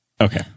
Okay